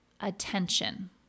Attention